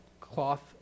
cloth